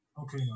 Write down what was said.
Okay